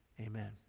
Amen